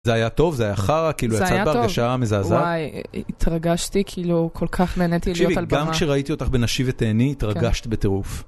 זה היה טוב? זה היה חרא? כאילו יצאת בהרגשה מזעזעת? זה היה טוב. וואי, התרגשתי, כאילו כל כך נהניתי להיות על במה. תקשיבי, גם כשראיתי אותך בנשי ותהני, התרגשת בטירוף.